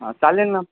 हा चालेल ना